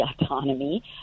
autonomy